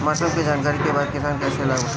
मौसम के जानकरी के बाद किसान कैसे लाभ उठाएं?